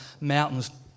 Mountains